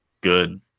good